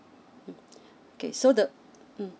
mm okay so the mm